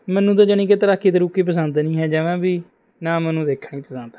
ਮੈਨੂੰ ਤਾਂ ਜਾਣੀ ਕਿ ਤੈਰਾਕੀ ਤਰੁਕੀ ਪਸੰਦ ਨਹੀਂ ਹੈ ਜਮ੍ਹਾਂ ਵੀ ਨਾ ਮੈਨੂੰ ਦੇਖਣੀ ਪਸੰਦ